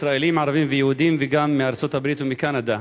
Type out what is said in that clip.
ישראלים, ערבים ויהודים, וגם מארצות-הברית ומקנדה.